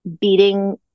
beating